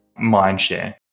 mindshare